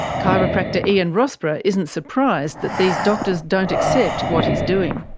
chiropractor ian rossborough isn't surprised that these doctors don't accept what he's doing.